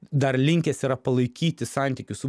dar linkęs yra palaikyti santykius su